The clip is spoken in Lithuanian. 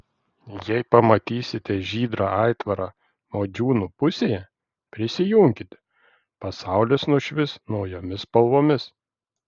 jei pamatysite žydrą aitvarą modžiūnų pusėje prisijunkite pasaulis nušvis naujomis spalvomis